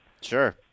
Sure